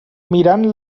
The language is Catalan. mirant